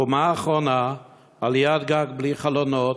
קומה אחרונה, עליית גג, בלי חלונות.